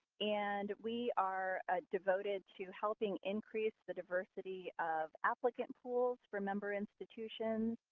and we are ah devoted to helping increase the diversity of applicant pools for member institutions.